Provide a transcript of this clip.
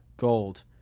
Gold